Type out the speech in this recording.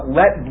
let